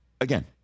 Again